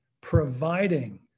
providing